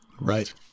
Right